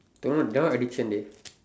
that one that one addiction dey